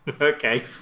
okay